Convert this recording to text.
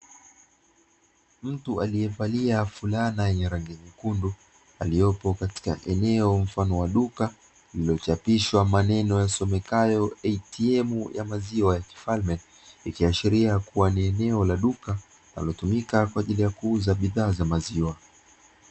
Mtu aliyevalia fulana yenye rangi nyekundu, aliyopo katika eneo mfano wa duka, lililochapishwa maneno yasomekayo,"ATM ya maziwa ya kifalme". Ikiashiria kuwa ni eneo la duka linalotumika kwa ajili ya kuuza bidhaa za maziwa.